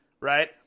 right